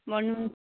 भन्नु